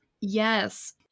Yes